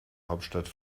hauptstadt